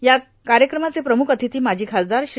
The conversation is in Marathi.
तर या कार्यक्रमाचे प्रमुख अतिथी माजी खासदार श्री